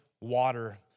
water